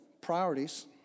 priorities